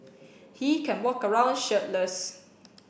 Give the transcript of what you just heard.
he can walk around shirtless